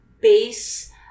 base